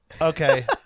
okay